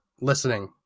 listening